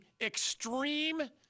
extreme